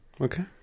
Okay